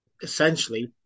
essentially